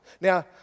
Now